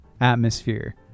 atmosphere